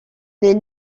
les